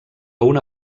una